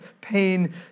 pain